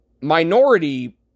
minority